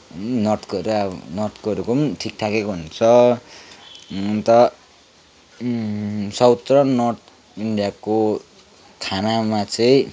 नर्थहरूको अब नर्थहरूको पनि ठिकठाकैको हुन्छ अन्त साउथ र नर्थ इन्डियाको खानामा चाहिँ